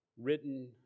written